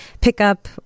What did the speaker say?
pickup